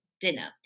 dinner